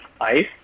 ice